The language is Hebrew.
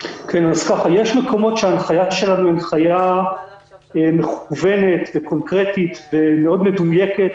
יש מקומות שההנחיה שלנו מכוונת וקונקרטית ומאוד מדויקת,